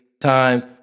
times